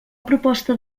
proposta